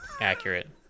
Accurate